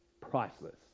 priceless